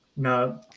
No